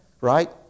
right